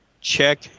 check